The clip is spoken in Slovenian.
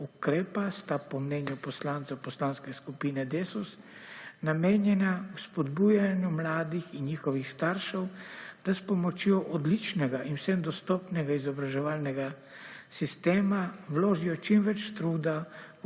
Ukrepa sta po mnenju poslancev Poslanske skupine Desus namenjena spodbujanju mladih in njihovih staršev, da s pomočjo odličnega in vsem dostopnega izobraževalnega sistema vložijo čim več truda